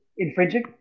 infringing